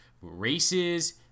races